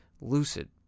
lucid